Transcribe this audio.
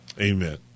Amen